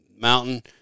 mountain